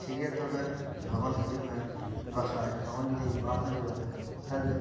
ᱴᱷᱤᱠ ᱜᱮᱭᱟ ᱛᱚᱵᱮ ᱞᱚᱜᱚᱱ ᱦᱤᱡᱩᱜ ᱢᱮ ᱵᱟᱠᱷᱟᱱ ᱞᱚᱜᱚᱱ ᱡᱩᱫᱤ ᱵᱟᱢ ᱦᱤᱡᱩᱜᱼᱟ ᱛᱟᱦᱞᱮ